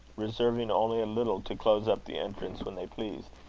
reserving only a little to close up the entrance when they pleased.